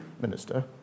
minister